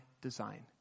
design